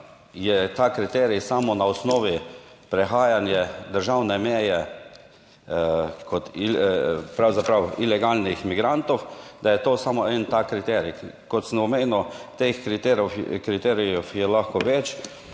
je ta kriterij samo na osnovi prehajanja državne meje kot pravzaprav ilegalnih migrantov, da je to samo en tak kriterij. Kot sem omenil, teh kriterijev je lahko več,